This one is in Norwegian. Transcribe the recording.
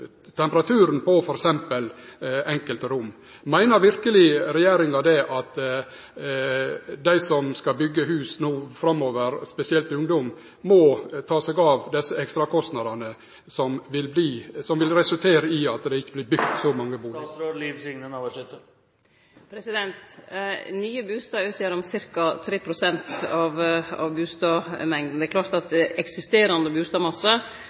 temperaturen på f.eks. enkelte rom. Meiner verkeleg regjeringa at dei som skal byggje hus no framover, spesielt ungdom, må ta seg av desse ekstrakostnadene – noko som vil resultere i at det ikkje vert bygt så mange bustader? Nye bustader utgjer ca. 3 pst. av bustadmengda. Det er klart at eksisterande